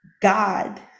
God